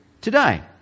today